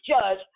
judge